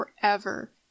forever